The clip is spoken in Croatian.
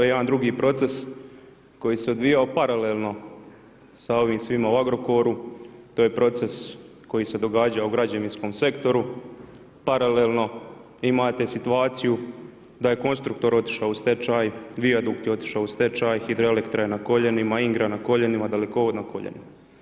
Jedan drugi proces koji se odvijao paralelno sa ovim svime u Agrokoru, to je proces koji se događao u građevinskom sektoru, paralelno imate situaciju da je Konstruktor otišao u stečaj, Viadukt je otišao u stečaj, Hidroelektra je na koljenima, Ingra koljenima, Dalekovod na koljenima.